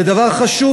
זה דבר חשוב,